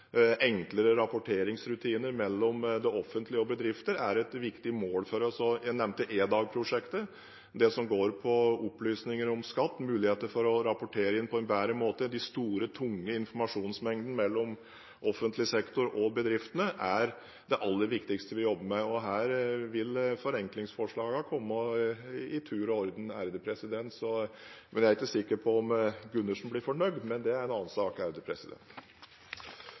enklere rapporteringsrutiner mellom det offentlige og bedrifter, er et viktig mål for oss. Jeg nevnte EDAG-prosjektet, som går på opplysninger om skatt og muligheter for å rapportere inn på en bedre måte. De store, tunge informasjonsmengdene mellom offentlig sektor og bedriftene er det aller viktigste vi jobber med. Her vil forenklingsforslagene komme i tur og orden. Jeg er ikke sikker på om Gundersen blir fornøyd, men det er en annen sak. Replikkordskiftet er